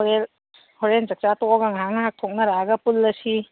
ꯍꯣꯔꯦꯟ ꯆꯥꯛ ꯆꯥ ꯇꯣꯛꯑꯒ ꯉꯍꯥꯛ ꯉꯍꯥꯛ ꯊꯣꯛꯅꯔꯛꯑꯒ ꯄꯨꯜꯂꯁꯤ